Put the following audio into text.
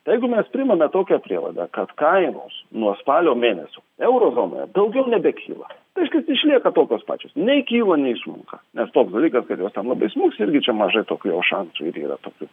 tai jeigu mes priimame tokią prielaidą kad kainos nuo spalio mėnesio euro zonoje daugiau nebekyla reiškias išlieka tokios pačios nei kyla nei smunka nes toks dalykas kad jos ten labai smuks irgi čia mažai tokių jau šansų ir yra tokių